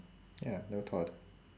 ya never thought